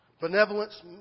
benevolence